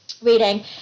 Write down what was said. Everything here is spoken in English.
Reading